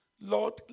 Lord